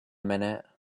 minute